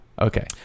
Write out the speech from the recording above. Okay